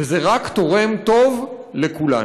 וזה רק תורם טוב לכולנו.